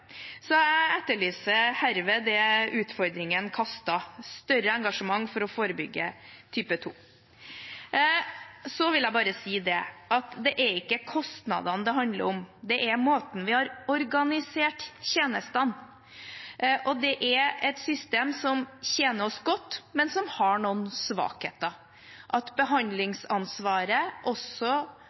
Så jeg etterlyser det, og herved er utfordringen kastet fram: større engasjement for å forebygge type 2. Så vil jeg bare si at det er ikke kostnadene det handler om, det er måten vi har organisert tjenestene på. Det er et system som tjener oss godt, men som har noen svakheter, som at behandlingsansvaret også